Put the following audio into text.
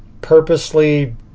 purposely